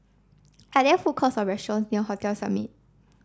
are there food courts or restaurants near Hotel Summit